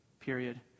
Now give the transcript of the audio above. period